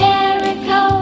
Jericho